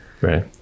right